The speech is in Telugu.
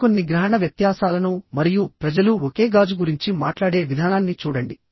మరికొన్ని గ్రహణ వ్యత్యాసాలను మరియు ప్రజలు ఒకే గాజు గురించి మాట్లాడే విధానాన్ని చూడండి